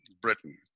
Britain